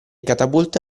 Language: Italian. catapulte